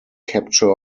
capture